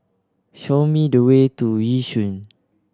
show me the way to Yishun